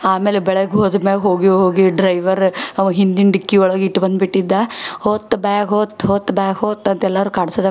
ಆಮೇಲೆ ಬೆಳಗ್ಗೆ ಹೋದಮ್ಯಾಗ್ ಹೋಗಿ ಹೋಗಿ ಡ್ರೈವರ್ ಅವ ಹಿಂದಿನ ಡಿಕ್ಕಿ ಒಳಗೆ ಇಟ್ಟುಬಂದ್ಬಿಟ್ಟಿದ್ದ ಹೋಯ್ತ್ ಬ್ಯಾಗ್ ಹೋಯ್ತ್ ಹೋಯ್ತ್ ಬ್ಯಾಗ್ ಹೋಯ್ತ್ ಅಂತ ಎಲ್ಲರು ಕಾಡ್ಸೋದೆ ಕಾಡ್ಸೋದೆ